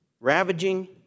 ravaging